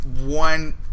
one –